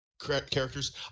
characters